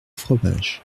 fromage